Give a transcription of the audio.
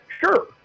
Sure